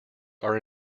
are